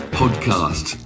podcast